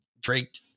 Drake